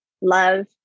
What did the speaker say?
love